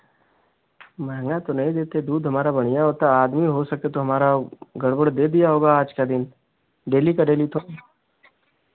महंगा तो नहीं देते दूध हमारा बढ़ियाँ होता है आदमी हो सकते तो हमारा गड़बड़ दे दिया होगा आज का दिन डेली का डेली तो